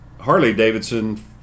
Harley-Davidson